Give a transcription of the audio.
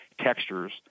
textures